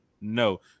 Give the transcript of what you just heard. No